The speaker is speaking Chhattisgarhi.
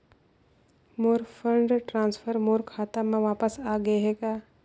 मोर फंड ट्रांसफर मोर खाता म वापस आ गे हे